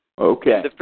Okay